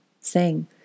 sing